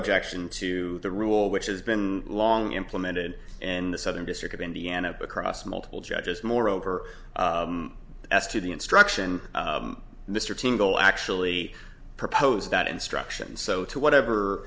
objection to the rule which has been long implemented and the southern district of indiana but cross multiple judges moreover as to the instruction mr tingle actually proposed that instruction so to whatever